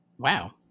Wow